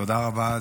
תודה רבה.